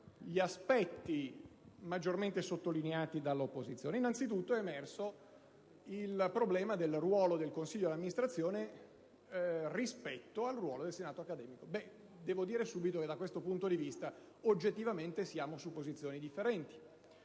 negativi maggiormente sottolineati dall'opposizione? Anzitutto, è emerso il problema del ruolo del consiglio di amministrazione rispetto a quello del senato accademico. Devo dire subito che, da questo punto di vista, oggettivamente siamo su posizioni differenti: